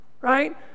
Right